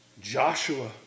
Joshua